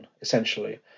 essentially